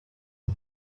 uhr